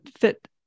fit